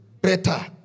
better